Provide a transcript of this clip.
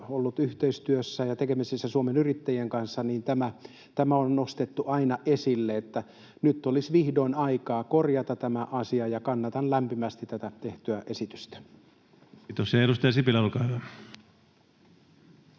ollut yhteistyössä ja tekemisissä Suomen Yrittäjien kanssa, tämä on nostettu aina esille. Nyt olisi vihdoin aika korjata tämä asia, ja kannatan lämpimästi tätä tehtyä esitystä. Kiitos. — Ja edustaja Sipilä, olkaa hyvä.